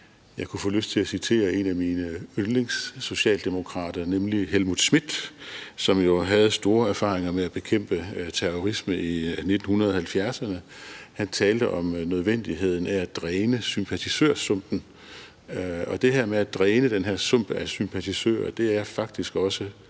Jeg kunne få lyst til at citere en af mine yndlingssocialdemokrater, nemlig Helmut Schmidt, som jo havde store erfaringer med at bekæmpe terrorisme i 1970'erne. Han talte om nødvendigheden af at dræne sympatisørsumpen, og det her med at dræne den her sump af sympatisører er faktisk også